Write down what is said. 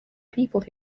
people